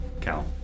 Cal